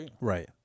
Right